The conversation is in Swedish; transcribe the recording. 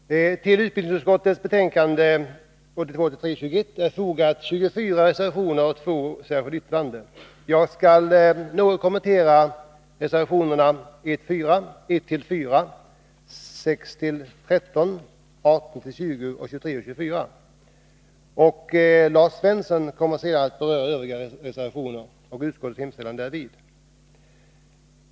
Herr talman! Till utbildningsutskottets betänkande 1982/83:21 har fogats 24 reservationer och två särskilda yttranden. Jag skall något kommentera reservationerna 1-4, 6-13, 18-20 samt 23 och 24. Lars Svensson kommer senare att beröra övriga reservationer och utskottets hemställan därvidlag.